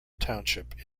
township